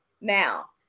Now